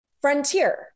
frontier